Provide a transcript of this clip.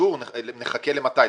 נחכה למתי?